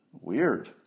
Weird